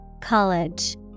College